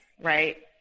right